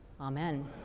Amen